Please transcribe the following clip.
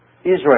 Israel